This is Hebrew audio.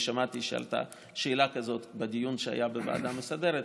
אני שמעתי שעלתה שאלה כזאת בדיון שהיה בוועדה המסדרת.